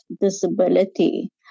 disability